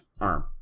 arm